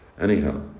Anyhow